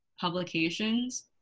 publications